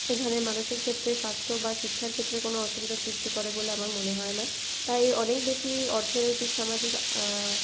এখানের মানুষের ক্ষেত্রে স্বাস্থ্য বা শিক্ষার ক্ষেত্রে কোনো অসুবিধা সৃষ্টি করে বলে আমার মনে হয় না তাই অনেক বেশি অর্থনৈতিক সামাজিক